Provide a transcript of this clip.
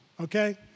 okay